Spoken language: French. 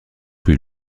que